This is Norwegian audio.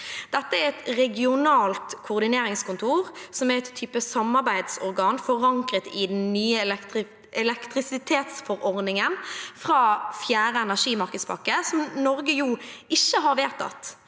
Dette er et regionalt koordineringskontor, som er en type samarbeidsorgan forankret i den nye elektrisitetsforordningen fra fjerde energimarkedspakke, som Norge jo ikke har vedtatt.